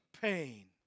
pain